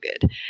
good